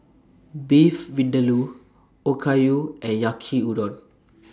Beef Vindaloo Okayu and Yaki Udon